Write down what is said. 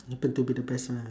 happen to be the best ah